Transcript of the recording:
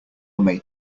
may